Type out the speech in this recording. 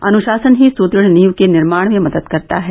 अनुशासन ही सुदृढ़ नींव के निर्माण में मदद करता है